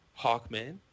Hawkman